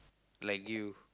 like you